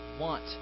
want